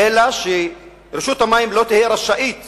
אלא שרשות המים לא תהיה רשאית